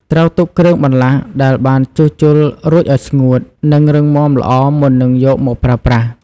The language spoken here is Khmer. ត្រូវទុកគ្រឿងបន្លាស់ដែលបានជួសជុលរួចឲ្យស្ងួត និងរឹងមាំល្អមុននឹងយកមកប្រើប្រាស់។